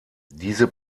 diese